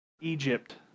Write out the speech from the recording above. Egypt